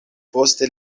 poste